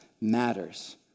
matters